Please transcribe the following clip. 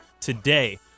today